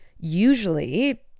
usually